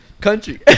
country